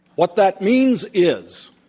what that means is,